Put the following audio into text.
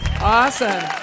Awesome